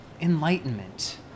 enlightenment